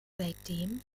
seitdem